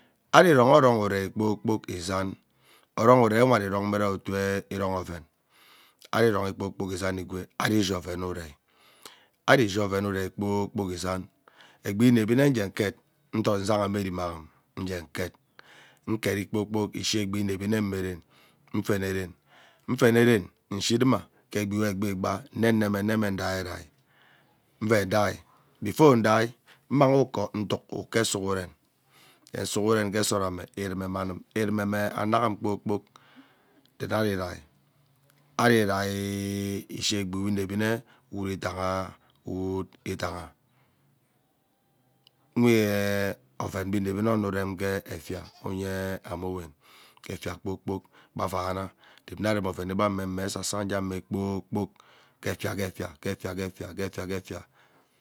Ari iroin orong urei kpoor kpok izam orong urei ari irong me ke otu ironghe oven ari irongh kpoor kpok izani egwee ari ishi oven urei ari ishi oven urei kpoor kpok izan egwee egbe we ivevi ume ugee ket udot uzagha me erime aghaam ngee kep ukeri kpoor kpok izan ishe egbi we ienevi nne mmeren mm feneren ufeneren ushiriruwa ke egbe we egbe ighaa mme nemeneme ndairei nve udai before udai mmang ukoo sughuiven ke sughwen ree mmanum ivume maiamum kpook kpok teetai ivei ari reiiun ishi egbi wen inevinaa uwut idaha uwot idaha uwoot idaha uweee oven ghe iuevi une ono urem ghee efia unyee omowen ke efia kpoor kpok kpa avahana nne arem oven egbamwe mme esasa kpoor kpok ke efia ghee efia ke efia ghee efia ke efia ghene efia.